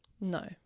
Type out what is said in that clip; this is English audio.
No